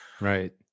Right